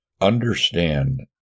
understand